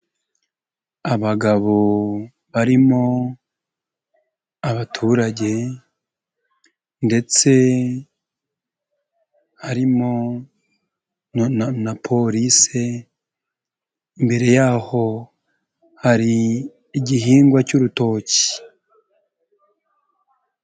Abagabo barimo abaturage, ndetse harimo na polisi, imbere yaho hari igihingwa cy'urutoki.